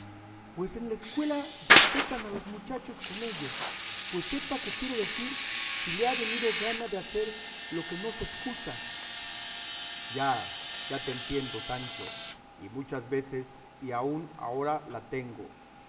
pues en la escuela destetan a los muchachos con ello pues sepa que quiero decir si le ha venido gana de hacer lo que no se escusa ya ya te entiendo sancho y muchas veces y aun agora la tengo